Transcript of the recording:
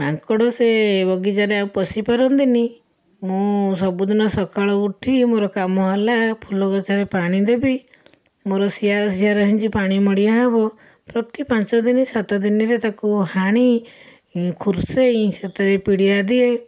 ମାଙ୍କଡ଼ ସେ ବଗିଚାରେ ଆଉ ପଶି ପାରନ୍ତିନି ମୁଁ ସବୁ ଦିନ ସକାଳୁ ଉଠି ଇଏ ମୋର କାମ ହେଲା ଫୁଲଗଛରେ ପାଣି ଦେବି ମୋର ସିଆର ସିଆର ହେଇଛି ପାଣି ମଡ଼ିଆ ହବ ପ୍ରତି ପାଞ୍ଚଦିନରେ ସାତଦିନରେ ତାକୁ ହାଣି ଖୁରସେଇ ସେଥିରେ ପିଡ଼ିଆ ଦିଏ